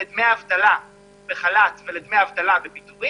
לדמי האבטלה בחל"ת ולדמי אבטלה בפיטורים,